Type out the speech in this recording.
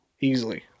easily